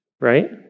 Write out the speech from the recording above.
right